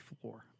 floor